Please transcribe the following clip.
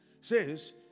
says